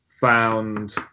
found